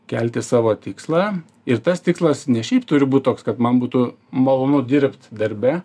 kelti savo tikslą ir tas tikslas ne šiaip turi būt toks kad man būtų malonu dirbt darbe